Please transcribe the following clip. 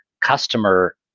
customer